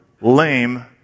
lame